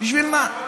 בשביל מה?